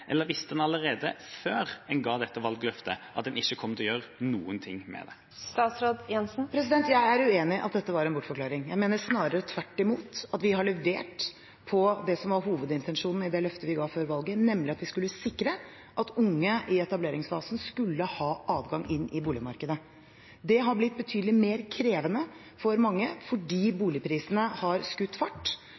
Eller visste hun allerede før en ga dette valgløftet at en ikke kom til å gjøre noen ting med det? Jeg er uenig i at dette var en bortforklaring – jeg mener snarere tvert imot. Vi har levert på det som var hovedintensjonen i det løftet vi ga før valget, nemlig at vi skulle sikre at unge i etableringsfasen skulle ha adgang inn i boligmarkedet. Det er blitt betydelig mer krevende for mange fordi boligprisene har skutt fart.